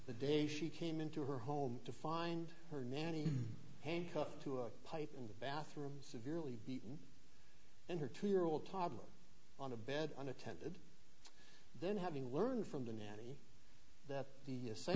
the day she came into her home to find her nanny handcuffed to a pipe in the bathroom severely beaten and her two year old toddler on a bed and attended then having learned from the nanny that the